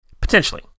Potentially